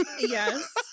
yes